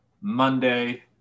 Monday